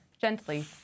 gently